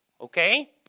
okay